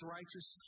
righteous